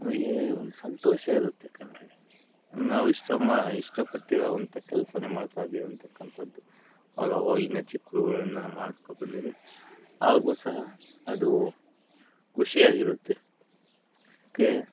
ಅವರಿಗೆ ಒಂದು ಸಂತೋಷ ಇರುತ್ತೆ ಕಣ್ರಿ ನಾವು ಇಷ್ಟ ಮಾ ಇಷ್ಟಪಟ್ಟಿರುವಂಥ ಕೆಲ್ಸನೇ ಮಾಡ್ತಾಯಿದೀವಿ ಅಂಥಕ್ಕಂಥದ್ದು ಅವ್ರು ಆವಾಗ್ನಿಂದ ಚಿಕ್ಕ ಹುಡುಗುರಿಂದಾನು ಮಾಡ್ಕೊಬಂದಿದೆ ಅವ್ರಿಗೂ ಸಹ ಅದು ಖುಷಿಯಾಗಿರುತ್ತೆ ಓಕೆ